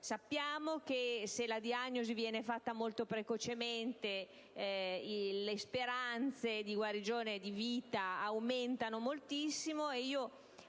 Sappiamo che, se la diagnosi viene fatta molto precocemente, le speranze di guarigione e di vita aumentano moltissimo.